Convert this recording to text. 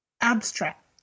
abstract